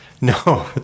No